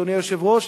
אדוני היושב-ראש,